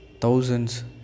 thousands